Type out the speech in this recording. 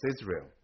Israel